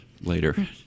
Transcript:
later